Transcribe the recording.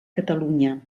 catalunya